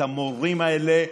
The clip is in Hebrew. את המורים האלה,